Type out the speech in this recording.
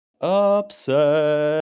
Upset